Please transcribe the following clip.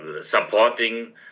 supporting